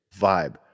vibe